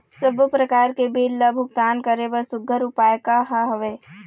सबों प्रकार के बिल ला भुगतान करे बर सुघ्घर उपाय का हा वे?